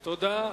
תודה.